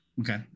okay